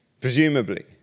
Presumably